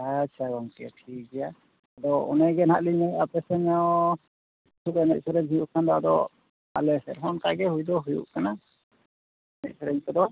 ᱟᱪᱪᱷᱟ ᱜᱚᱢᱠᱮ ᱴᱷᱤᱠ ᱜᱮᱭᱟ ᱟᱫᱚ ᱚᱱᱟ ᱜᱮ ᱦᱟᱜ ᱞᱤᱧ ᱢᱮᱱᱮᱜᱼᱟ ᱟᱯᱮ ᱥᱮᱫ ᱦᱚᱸ ᱠᱤᱪᱷᱩ ᱫᱚ ᱮᱱᱮᱡ ᱥᱮᱨᱮᱧ ᱦᱩᱭᱩᱜ ᱠᱷᱟᱱ ᱫᱚ ᱟᱞᱮ ᱥᱮᱫ ᱦᱚᱸ ᱚᱱᱠᱟ ᱫᱚ ᱦᱩᱭ ᱫᱚ ᱦᱩᱭᱩᱜ ᱠᱟᱱᱟ ᱮᱱᱮᱡ ᱥᱮᱨᱮᱧ ᱠᱚᱫᱚ